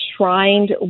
enshrined